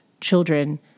children